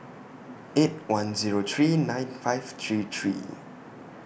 eight one Zero three nine five three three